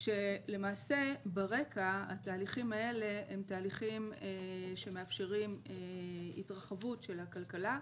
למעשה ברקע התהליכים האלה הם תהליכים שמאפשרים התרחבות של הכלכלה.